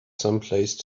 someplace